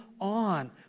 on